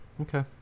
okay